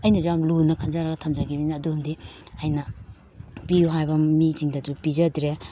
ꯑꯩꯅꯁꯨ ꯌꯥꯝ ꯂꯨꯅ ꯈꯟꯖꯔꯒ ꯊꯝꯖꯒꯤꯕꯅꯤꯅ ꯑꯗꯨ ꯑꯃꯗꯤ ꯑꯩꯅ ꯄꯤꯏ ꯍꯥꯏꯕ ꯃꯤꯁꯤꯡꯗꯁꯨ ꯄꯤꯖꯗ꯭ꯔꯦ